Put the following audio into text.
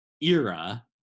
era